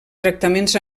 tractaments